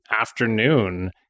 afternoon